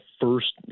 first